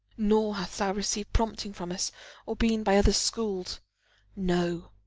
nor hadst thou received prompting from us or been by others schooled no,